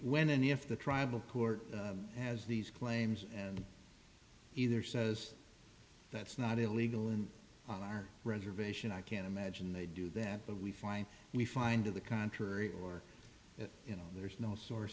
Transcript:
and if the tribal court as these claims and either says that's not illegal in our reservation i can imagine they do that but we find we find to the contrary or you know there's no source